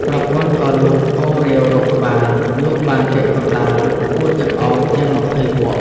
ប្រពន្ធក៏លូកកូរាវរកក្បាល លូកបានពាក់កណ្ដាលក្អួតចង្អោរជាង២០វក។